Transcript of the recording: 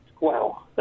Wow